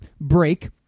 break